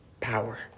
power